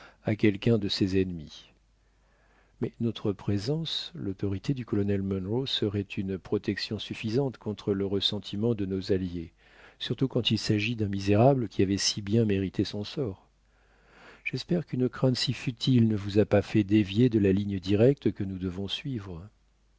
à quelqu'un de ses ennemis mais notre présence l'autorité du colonel munro seraient une protection suffisante contre le ressentiment de nos alliés surtout quand il s'agit d'un misérable qui avait si bien mérité son sort j'espère qu'une crainte si futile ne vous a pas fait dévier de la ligne directe que nous devons suivre